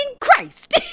christ